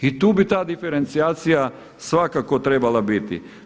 I tu bi ta diferencijacija svakako trebala biti.